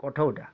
କଠଉଟା